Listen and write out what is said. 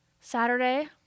Saturday